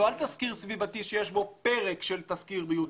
לא על תסקיר סביבתי שיש בו פרק של תסקיר בריאותי,